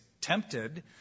tempted